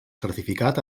certificat